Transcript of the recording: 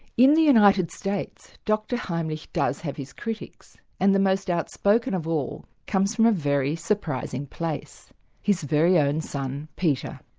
in the united states, dr heimlich does have his critics and the most outspoken of all comes from a very surprising place his very own son peter.